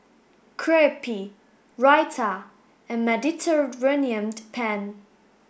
Crepe Raita and Mediterranean Penne